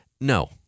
No